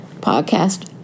podcast